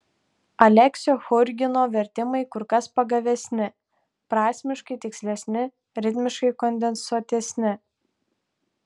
aleksio churgino vertimai kur kas pagavesni prasmiškai tikslesni ritmiškai kondensuotesni